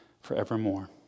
forevermore